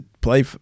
play